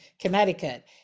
Connecticut